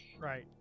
Right